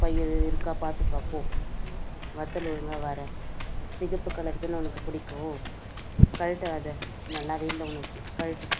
பயிர் இருக்கா பார்த்துட்டு வா போ வத்தல் ஒழுங்காக வரை சிகப்பு கலர்தானே உனக்கு பிடிக்கும் கழட்டு அதை நல்லவே இல்லை உனக்கு கழட்டு